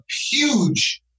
huge